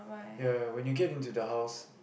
ya when you get into the house